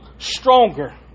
stronger